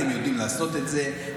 אתם יודעים לעשות את זה,